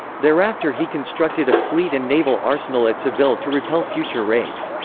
thereafter he constructed a fleet and naval arsenal at seville to repel future raids.